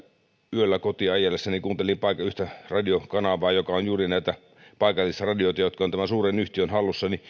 yöllä kotia ajellessani kuuntelin yhtä radiokanavaa joka on juuri näitä paikallisradioita jotka ovat tämän suuren yhtiön hallussa